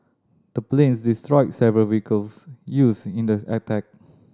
the planes destroyed several vehicles used in the attack